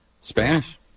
Spanish